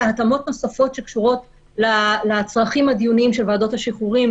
אלא התאמות נוספות שקשורות לצרכים הדיוניים של ועדות השחרורים